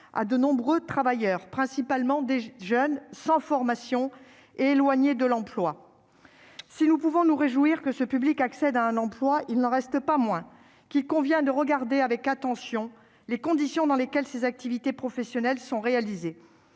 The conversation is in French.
à de nombreux travailleurs, principalement des jeunes sans formation et éloignés de l'emploi. Si nous pouvons nous réjouir que ce public accède ainsi à un travail, il n'en reste pas moins qu'il convient de regarder avec attention les conditions dans lesquelles ces activités professionnelles sont réalisées.